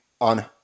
on